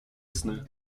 sny